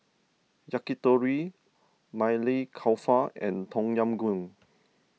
Yakitori Maili Kofta and Tom Yam Goong